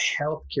healthcare